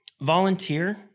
Volunteer